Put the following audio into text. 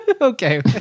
Okay